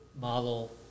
model